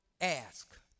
ask